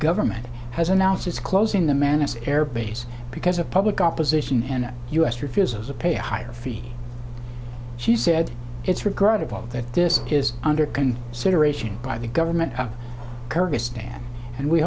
government has announced it's closing the manis air base because of public opposition and u s refuses to pay higher fees she said it's regrettable that this is under can sit aeration by the government of kurdistan and we